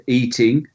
eating